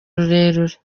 rurerure